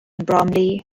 bromley